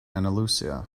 andalusia